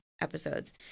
episodes